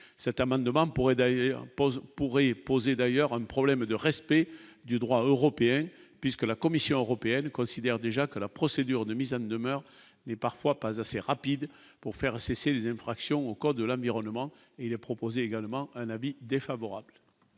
d'ailleurs pourrait poser d'ailleurs un problème de respect du droit européen, puisque la Commission européenne considère déjà que la procédure de mise en demeure n'est parfois pas assez rapide pour faire cesser les infractions au code de l'environnement et il a proposé également un avis défavorable.